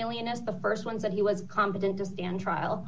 alien as the st ones that he was competent to stand trial